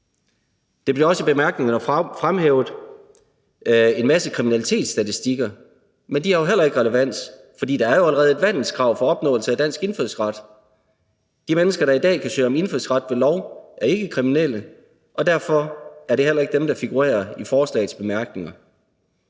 Der bliver også i bemærkningerne fremhævet en masse kriminalitetsstatistikker, men de har jo heller ikke relevans, fordi der jo allerede er et vandelskrav for opnåelse af dansk indfødsret. De mennesker, der i dag kan søge om indfødsret ved lov, er ikke kriminelle, og derfor er det heller ikke dem, der figurerer i forslagets bemærkninger.